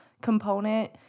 component